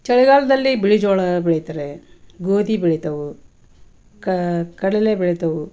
ಚಳಿಗಾಲದಲ್ಲಿ ಬಿಳಿ ಜೋಳ ಬೆಳಿತಾರೆ ಗೋಧಿ ಬೆಳಿತೇವೆ ಕ ಕಡಲೆ ಬೆಳಿತೇವೆ